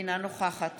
אינה נוכחת